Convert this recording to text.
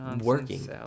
working